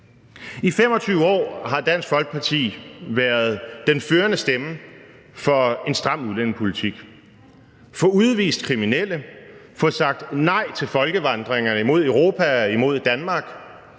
I 25 år har Dansk Folkeparti været den førende stemme for en stram udlændingepolitik – få udvist kriminelle og få sagt nej til folkevandringer imod Europa og imod Danmark